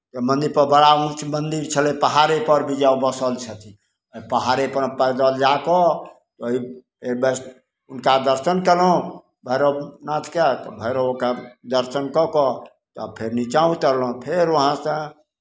ओहि मन्दिरपर बड़ा ऊँच मन्दिर छलय पहाड़ेपर बुझाय ओ बसल छथिन पहाड़ेपर पैदल जा कऽ एहि एहि वैष हुनका दर्शन कयलहुँ भैरवनाथके तऽ भैरवके दर्शन कऽ कऽ तब फेर नीचाँ उतरलहुँ फेर वहाँसँ